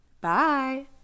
Bye